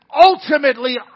ultimately